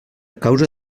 causa